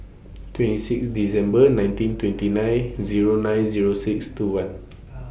twenty six December nineteen twenty nine Zero nine Zero six two one